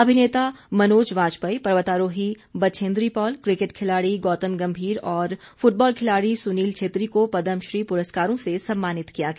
अभिनेता मनोज वाजपेयी पर्वतारोही बछेन्द्री पाल क्रिकेट खिलाड़ी गौतम गंभीर और फुटबॉल खिलाड़ी सुनील छेत्री को पद्म श्री पुरस्कारों से सम्मानित किया गया